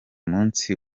munsi